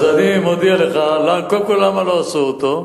אז אני מודיע לך, קודם כול, למה לא עשו אותו?